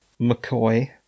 McCoy